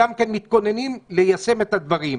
גם כן מתכוננים ליישם את הדברים.